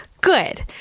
good